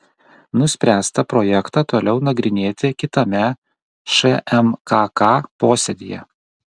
nuspręsta projektą toliau nagrinėti kitame šmkk posėdyje